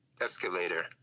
escalator